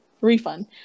refund